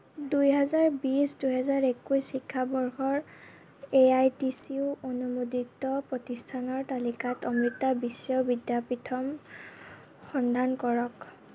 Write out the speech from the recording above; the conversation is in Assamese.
দুই হাজাৰ বিশ দুহেজাৰ একৈশ শিক্ষাবৰ্ষৰ এ আই টি চিৰ অনুমোদিত প্ৰতিষ্ঠানৰ তালিকাত অমৃতা বিশ্ব বিদ্যাপীথমৰ সন্ধান কৰক